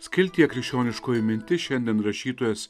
skiltyje krikščioniškoji mintis šiandien rašytojas